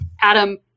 adam